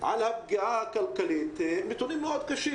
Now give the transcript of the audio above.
על הפגיעה הכלכלית הם נתונים מאוד קשים.